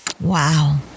Wow